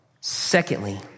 Secondly